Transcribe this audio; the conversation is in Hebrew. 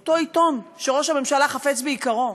אותו עיתון שראש הממשלה חפץ ביקרו.